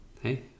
hey